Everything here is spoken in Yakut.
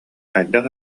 хайдах